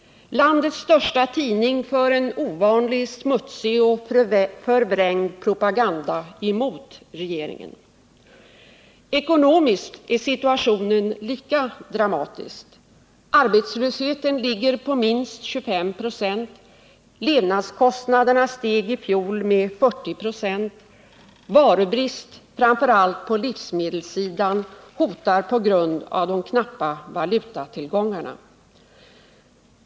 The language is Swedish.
Landets största tidning för en ovanligt smutsig och förvrängd propaganda mot regeringen. Ekonomiskt är situationen lika dramatisk. Arbetslösheten ligger på minst 25 96. Levnadskostnaderna steg i fjol med 40 96. Varubrist, framför allt på livsmedelssidan, hotar på grund av de knappa valutatillgångarna.